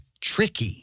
tricky